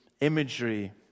imagery